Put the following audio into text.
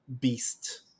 beast